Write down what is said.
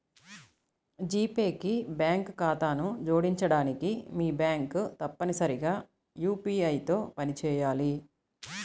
G Pay కి bank ఖాతాను జోడించడానికి, మీ బ్యాంక్ తప్పనిసరిగా యూ.పీ.ఐ తో పనిచేయాలి